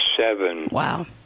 Wow